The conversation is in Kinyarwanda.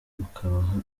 ukubaha